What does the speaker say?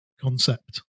concept